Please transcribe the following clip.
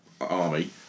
army